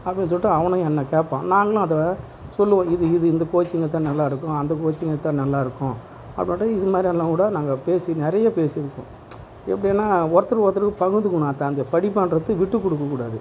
அப்படின்னு சொல்லிட்டு அவனும் என்னை கேட்பான் நாங்களும் அதை சொல்லுவோம் இது இது இந்த கோச்சிங் எடுத்தால் நல்லா இருக்கும் அந்த கோச்சிங் எடுத்தால் நல்லாயிருக்கும் அப்படின்னுட்டு இது மாதிரி எல்லாம் கூட நாங்கள் பேசி நிறைய பேசி இருக்கோம் எப்படின்னா ஒருத்தருக்கு ஒருத்தர் பகிர்ந்துக்கணும் அந்த படிப்புன்றது விட்டுகொடுக்கக்கூடாது